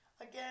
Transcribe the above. Again